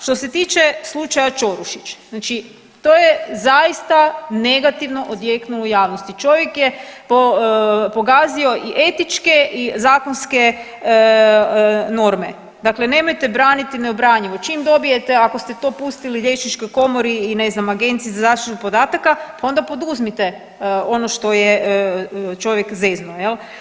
Što se tiče slučaja Ćorušić, znači to je zaista negativno odjeknulo u javnosti, čovjek je pogazio i etičke i zakonske norme, dakle nemojte braniti neobranjivo, čim dobijete, ako ste to pustili liječničkoj komori i ne znam Agenciji za zaštitu podataka, pa onda poduzmite ono što je čovjek zeznuo jel.